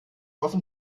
offen